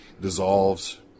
dissolves